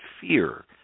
fear